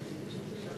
חוק ליישום ההסכם